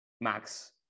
Max